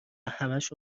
همشو